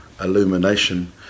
illumination